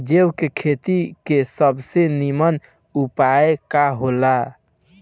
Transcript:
जौ के खेती के सबसे नीमन उपाय का हो ला?